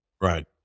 Right